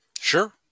Sure